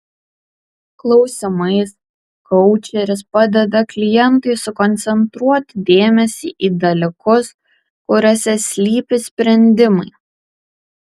klausimais koučeris padeda klientui sukoncentruoti dėmesį į dalykus kuriuose slypi sprendimai